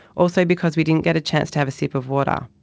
also because we didn't get a chance to have a sip of water.